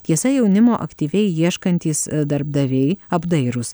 tiesa jaunimo aktyviai ieškantys darbdaviai apdairūs